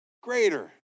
greater